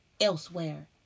elsewhere